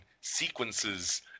sequences